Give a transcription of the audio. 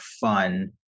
fun